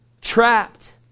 trapped